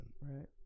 right